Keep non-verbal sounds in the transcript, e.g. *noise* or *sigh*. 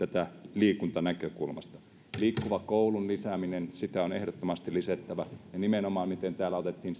liikuntanäkökulmasta liikkuvan koulun lisääminen sitä on ehdottomasti lisättävä ja nimenomaan kuten täällä otettiin *unintelligible*